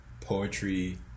poetry